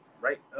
right